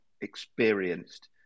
experienced